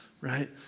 right